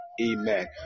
Amen